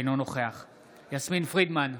אינו נוכח יסמין פרידמן,